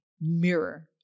mirror